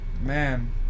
Man